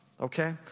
okay